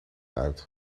uit